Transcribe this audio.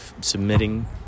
submitting